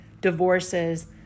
Divorces